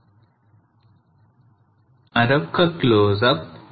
దాని యొక్క మరొక క్లోజప్